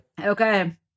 Okay